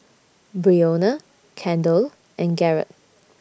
Breonna Kendell and Garett